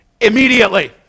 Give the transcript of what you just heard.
Immediately